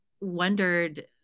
wondered